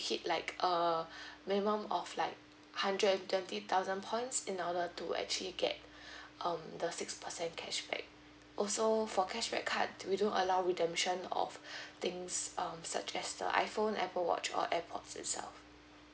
hit like err minimum of like hundred and twenty thousand points in order to actually get um the six percent cashback also for cashback card we don't allow redemption of things um such as the iphone apple watch or airpods itself